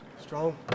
Strong